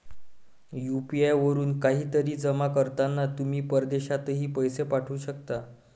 UPI वरून काहीतरी जमा करताना तुम्ही परदेशातही पैसे पाठवू शकता